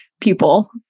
people